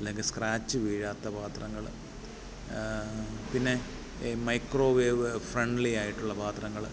അല്ലെങ്കിൽ സ്ക്രാച്ച് വീഴാത്ത പാത്രങ്ങൾ പിന്നെ ഈ മൈക്രോവേവ് ഫ്രണ്ട്ലി ആയിട്ടുള്ള പാത്രങ്ങൾ